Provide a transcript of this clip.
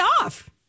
off